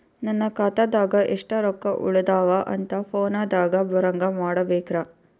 ನನ್ನ ಖಾತಾದಾಗ ಎಷ್ಟ ರೊಕ್ಕ ಉಳದಾವ ಅಂತ ಫೋನ ದಾಗ ಬರಂಗ ಮಾಡ ಬೇಕ್ರಾ?